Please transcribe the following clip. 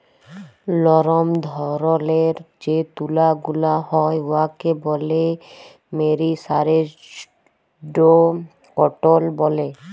লরম ধরলের যে তুলা গুলা হ্যয় উয়াকে ব্যলে মেরিসারেস্জড কটল ব্যলে